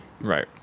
Right